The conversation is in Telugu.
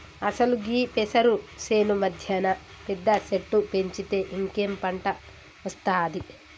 అసలు గీ పెసరు సేను మధ్యన పెద్ద సెట్టు పెంచితే ఇంకేం పంట ఒస్తాది